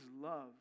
love